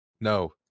no